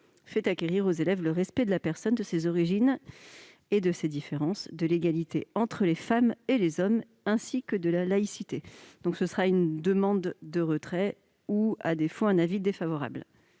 fait acquérir aux élèves le respect de la personne, de ses origines et de ses différences, de l'égalité entre les femmes et les hommes, ainsi que de la laïcité. La commission demande donc le retrait de cet amendement ; à défaut,